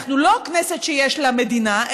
אנחנו לא כנסת שיש לה מדינה,